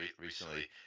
recently